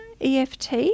EFT